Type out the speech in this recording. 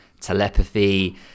telepathy